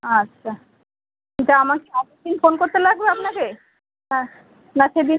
আচ্ছাতা আমার কি আগের দিন ফোন করতে লাগবে আপনাকে না নাকি দি